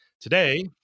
Today